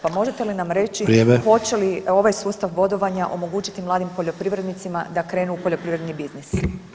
Pa možete li nam reći [[Upadica: Vrijeme.]] hoće li ovaj sustav bodovanja omogućiti mladim poljoprivrednicima da krenu u poljoprivredni biznis.